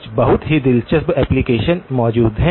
कुछ बहुत ही दिलचस्प एप्लिकेशन मौजूद हैं